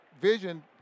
vision